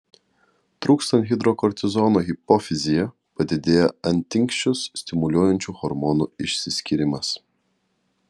trūkstant hidrokortizono hipofizyje padidėja antinksčius stimuliuojančių hormonų išsiskyrimas